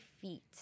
feet